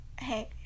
Hey